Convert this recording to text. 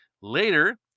Later